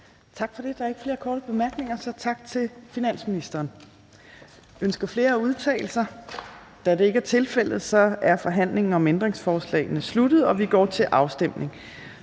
Tak for det. Der er ikke flere korte bemærkninger, så tak til finansministeren. Ønsker flere at udtale sig? Da det ikke er tilfældet, er forhandlingen om ændringsforslagene sluttet, og vi går til afstemning.